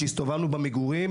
כשהסתובבנו במגורים,